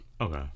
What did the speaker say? Okay